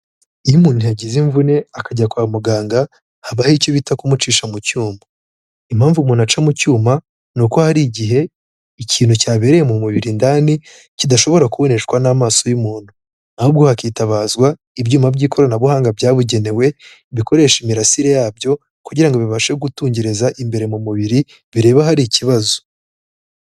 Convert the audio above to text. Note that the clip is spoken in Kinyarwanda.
Iyo umuntu yagize imvune akajya kwa muganga habaho icyo bita kumucisha mu cyuma. Impamvu umuntu aca mu cyuma ni uko hari igihe ikintu cyabereye mu mubiri indani, kidashobora kuboneshwa n'amaso y'umuntu ahubwo hakitabazwa ibyuma by'ikoranabuhanga byabugenewe, bikoresha imirasire yabyo kugira bibashe gutungereza imbere mu mubiri birebe ahari ikibazo.